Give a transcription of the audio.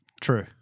True